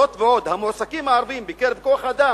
זאת ועוד, המועסקים הערבים בכוח-האדם